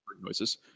noises